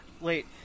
Wait